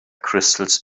crystals